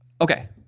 Okay